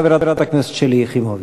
חברת הכנסת שלי יחימוביץ.